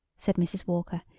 said mrs. walker,